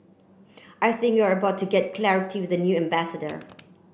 I think you are about to get clarity with the new ambassador